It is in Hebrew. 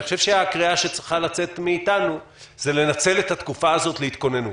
הקריאה שצריכה לצאת מאיתנו היא לנצל את התקופה הזאת להתכוננות,